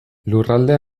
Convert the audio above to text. lurralde